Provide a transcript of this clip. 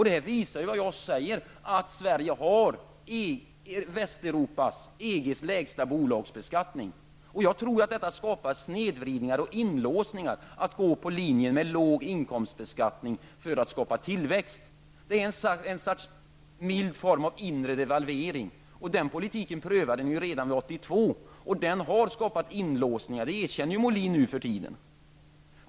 Det bevisar vad jag säger, att Sverige har Västeuropas lägsta bolagsbeskattning, lägre än EG-ländernas. Jag tror att det skapar snedvridningar och inlåsningar att följa linjen en låg inkomstbeskattning för att skapa tillväxt. Det är en mild form av inre devalvering. Den politiken prövade ni redan 1982, och den har -- vilket Rune Molin numera erkänner -- skapat inlåsningar.